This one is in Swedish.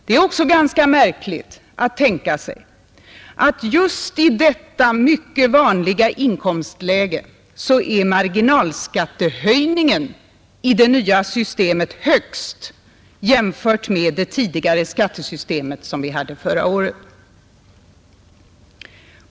Det är också ganska märkligt att tänka sig att just i detta mycket vanliga inkomstläge är marginalskattehöjningen i det nya systemet störst jämfört med det tidigare skattesystemet som vi hade förra året.